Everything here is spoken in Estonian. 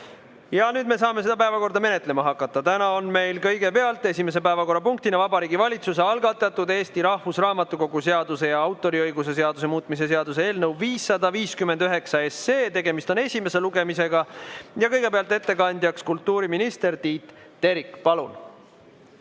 Nüüd me saame seda päevakorda menetlema hakata. Täna on meil kõigepealt esimese päevakorrapunktina Vabariigi Valitsuse algatatud Eesti Rahvusraamatukogu seaduse ja autoriõiguse seaduse muutmise seaduse eelnõu 559 esimene lugemine. Kõigepealt tuleb ettekandjaks kultuuriminister Tiit Terik. Palun!